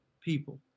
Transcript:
people